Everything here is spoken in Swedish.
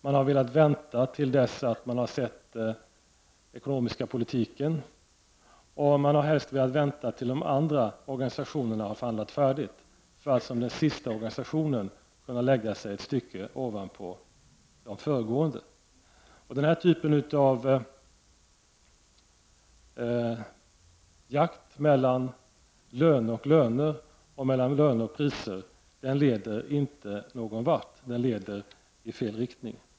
Man har velat vänta till dess att man har sett den ekonomiska politiken, och man har helst velat vänta tills de andra organisationerna har förhandlat färdigt för att som den sista organisationen kunna lägga sig ett stycke ovanpå de föregående. Den typen av jakt mellan löner och löner och mellan löner och priser leder i fel riktning.